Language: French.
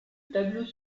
tableau